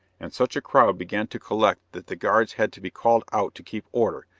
and such a crowd began to collect that the guards had to be called out to keep order,